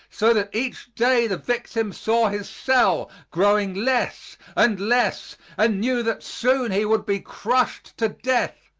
so that each day the victim saw his cell growing less and less, and knew that soon he would be crushed to death,